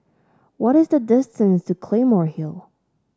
what is the distance to Claymore Hill